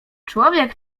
człowiek